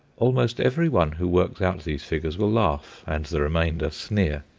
almost every one who works out these figures will laugh, and the remainder sneer.